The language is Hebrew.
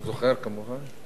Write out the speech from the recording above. זוכר, כמובן.